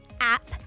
app